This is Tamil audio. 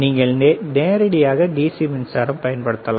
நீங்கள் நேரடியாக டிசி மின்சாரத்தை பயன்படுத்தலாம்